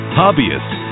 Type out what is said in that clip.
hobbyists